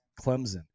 Clemson